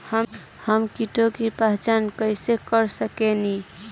हम कीटों की पहचान कईसे कर सकेनी?